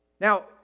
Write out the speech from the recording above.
Now